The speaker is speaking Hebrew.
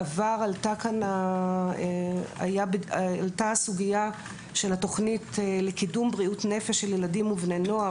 בעבר עלתה כאן הסוגיה של התוכנית לקידום בריאות נפש של ילדים ובני נוער,